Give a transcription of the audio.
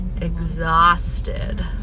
exhausted